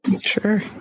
Sure